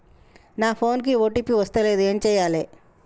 నా ఫోన్ కి ఓ.టీ.పి వస్తలేదు ఏం చేయాలే?